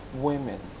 women